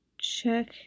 check